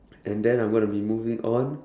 and then I'm going to be moving on